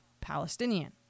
Palestinian